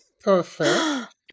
Perfect